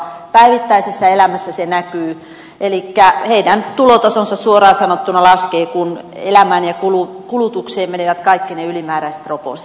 päivittäisessä elämässä se näkyy elikkä tulotaso suoraan sanottuna laskee kun elämään ja kulutukseen menevät kaikki ne ylimääräiset roposet